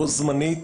בו זמנית,